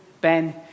Ben